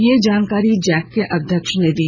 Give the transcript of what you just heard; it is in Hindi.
यह जानकारी जैक अध्यक्ष ने दी